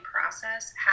process